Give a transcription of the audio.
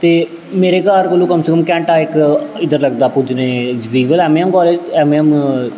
ते मेरे घर कोलों कम से कम घैंटा इक इद्धर लगदा पुज्जने गी जीवल M A M college M A M